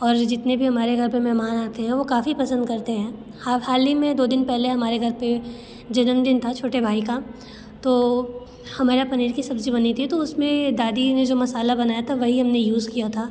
और जितने भी हमारे घर पर मेहमान आते हैं वो काफ़ी पसंद करते हैं हालही में दो दिन पहले हमारे घर पर जन्मदिन था छोटे भाई का तो हमारे यहाँ पनीर की सब्ज़ी बनी थी ताे उस में दादी ने जो मसाला बनाया था वही हम ने यूज़ किया था